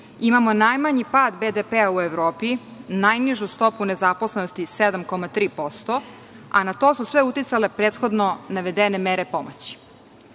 Imamo najmanji pad BDP-a u Evropi, najnižu stopu nezaposlenosti 7,3%, a na to su sve uticale prethodno navedene mere pomoći. Ovaj